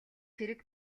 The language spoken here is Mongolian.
хэрэг